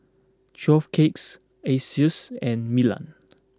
twelve Cupcakes Asics and Milan